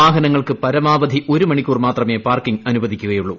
വാഹനങ്ങൾക്ക് പരമാവധി ഒരു മണിക്കൂർ മാത്രമേ പാർക്കിംഗ് അനുവദിക്കുകയുള്ളൂ